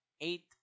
eight